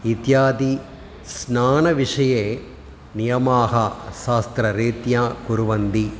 इत्यादि स्नानविषये नियमाः शास्त्ररीत्या कुर्वन्ति